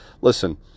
listen